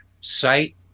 site